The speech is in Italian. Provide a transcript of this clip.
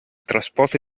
trasporto